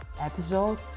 episode